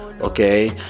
okay